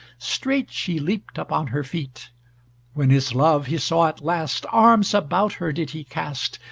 straight she leaped upon her feet when his love he saw at last, arms about her did he cast,